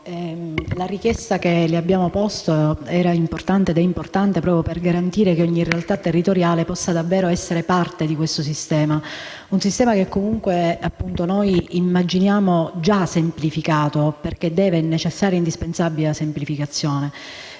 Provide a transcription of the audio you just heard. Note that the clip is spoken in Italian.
la richiesta che le abbiamo posto era ed è importante, proprio per garantire che ogni realtà territoriale possa davvero essere parte di questo sistema; un sistema che comunque noi immaginiamo già semplificato, perché la semplificazione